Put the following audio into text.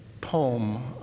poem